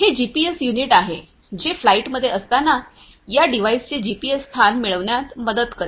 हे GPS unit आहे जे फ्लाइटमध्ये असताना या डिव्हाइसचे जीपीएस स्थान मिळविण्यात मदत करेल